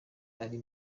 ari